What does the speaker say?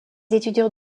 étudiants